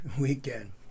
weekend